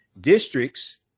Districts